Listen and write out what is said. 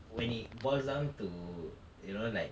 when he boils down to you know like